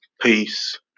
Peace